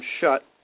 shut